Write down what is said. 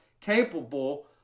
capable